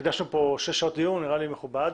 הקדשתם כאן שש שעות בדיון וזה נראה לי מכובד.